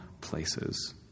places